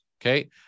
Okay